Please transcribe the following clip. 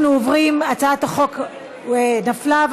הצעת החוק נפלה.